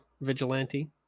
vigilante